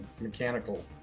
mechanical